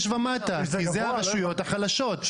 5 ומטה, כי זה הרשויות החלשות.